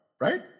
right